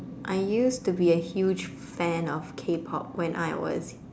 I used to be a huge fan of K-pop when I was